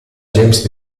james